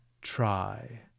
try